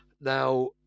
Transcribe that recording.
Now